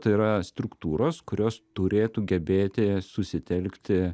tai yra struktūros kurios turėtų gebėti susitelkti